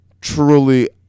truly